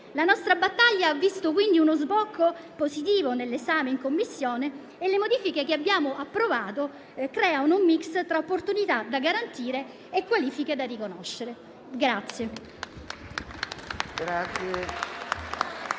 La nostra battaglia ha visto uno sbocco positivo nell'esame in Commissione e le modifiche che abbiamo approvato creano un *mix* tra opportunità da garantire e qualifiche da riconoscere.